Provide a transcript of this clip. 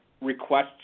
requests